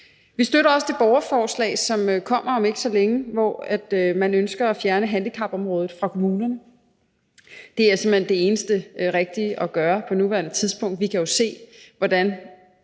Vi støtter også det borgerforslag, som kommer om ikke så længe, hvor man ønsker at fjerne handicapområdet fra kommunerne. Det er simpelt hen det eneste rigtige at gøre på nuværende tidspunkt. Vi kan jo se, hvordan